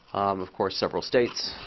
of course, several states,